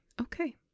Okay